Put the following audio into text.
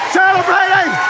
celebrating